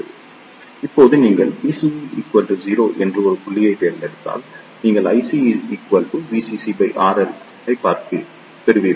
இப்போது நீங்கள் VCE 0 என்று ஒரு புள்ளியைத் தேர்ந்தெடுத்தால் நீங்கள் IC VCC RL ஐப் பெறுவீர்கள்